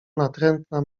natrętna